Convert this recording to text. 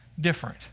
different